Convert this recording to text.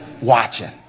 Watching